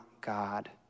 God